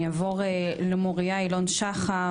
אני אעבור למוריה אילון שחר,